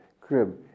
crib